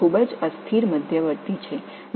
இவை மிகவும் நிலையற்ற இடைநிலை